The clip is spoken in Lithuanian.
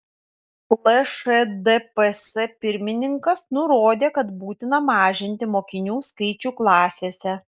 lšdps pirmininkas nurodė kad būtina mažinti mokinių skaičių klasėse